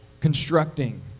constructing